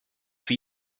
sie